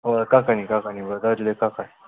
ꯍꯣꯏ ꯀꯛꯀꯅꯤ ꯀꯛꯀꯅꯤ ꯕ꯭ꯔꯗꯔ ꯑꯗꯨꯗꯒꯤ ꯀꯛꯀꯅꯤ